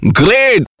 great